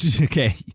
okay